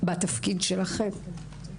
בתפקיד שלכם.